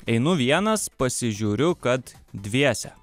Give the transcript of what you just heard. einu vienas pasižiūriu kad dviese